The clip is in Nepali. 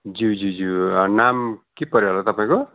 ज्यू ज्यू ज्यू नाम के पऱ्यो होला तपाईँको